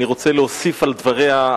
אני רוצה להוסיף על דבריה.